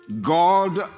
God